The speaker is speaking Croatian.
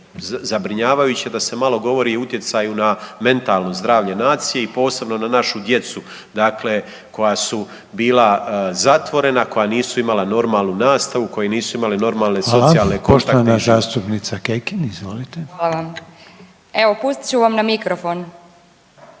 zabrinjavajuće da se malo govori i o utjecaju na mentalno zdravlje nacije i posebno na našu djecu, dakle koja su bila zatvorena, koja nisu imala normalnu nastavu, koji nisu imali normalne socijalne kontakte i život. **Reiner, Željko (HDZ)** Hvala. Poštovana zastupnica Kekin, izvolite. **Kekin, Ivana (NL)** Hvala. Evo pustit ću vam na mikrofon.